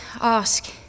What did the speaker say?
ask